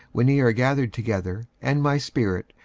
when ye are gathered together, and my spirit,